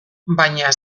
baina